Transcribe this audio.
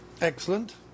Excellent